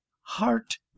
heart